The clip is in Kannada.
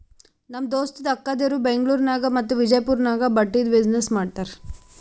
ನಮ್ ದೋಸ್ತದು ಅಕ್ಕಾದೇರು ಬೆಂಗ್ಳೂರ್ ನಾಗ್ ಮತ್ತ ವಿಜಯಪುರ್ ನಾಗ್ ಬಟ್ಟಿದ್ ಬಿಸಿನ್ನೆಸ್ ಮಾಡ್ತಾರ್